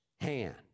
hand